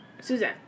Suzanne